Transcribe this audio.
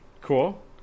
Cool